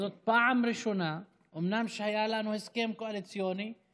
זאת פעם ראשונה שהיה לנו הסכם קואליציוני,